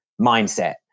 mindset